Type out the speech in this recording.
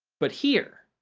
but here?